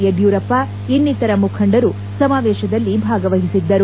ಯಡಿಯೂರಪ್ಪ ಇನ್ನಿತರ ಮುಖಂಡರು ಸಮಾವೇತದಲ್ಲಿ ಭಾಗವಹಿಸಿದ್ದರು